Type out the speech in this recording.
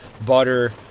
butter